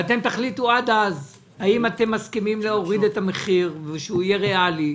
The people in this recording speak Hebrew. תחליטו עד אז האם אתם מסכימים להוריד את המחיר ושהוא יהיה ריאלי,